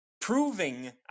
proving